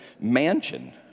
mansion